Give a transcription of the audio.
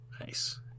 Nice